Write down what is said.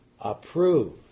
approve